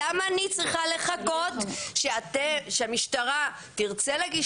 למה אני צריכה לחכות שהמשטרה תרצה להגיש